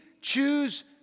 choose